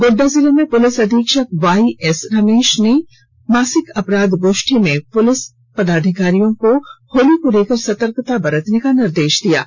गोड्डा जिले के पुलिस अधीक्षक वाईएसएस रमेश ने मासिक अपराध गोष्ठी में पुलिस पदाधिकारियों को होली को लेकर सतर्कता बरतने का निर्देश दिया है